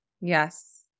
Yes